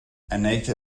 anita